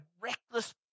reckless